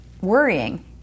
worrying